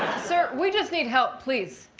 so we just need help please.